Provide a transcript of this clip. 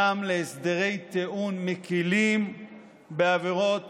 גם להסדרי טיעון מקילים בעבירות